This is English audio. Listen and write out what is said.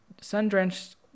sun-drenched